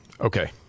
Okay